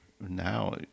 now